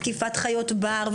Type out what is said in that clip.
תקיפת חיות בר,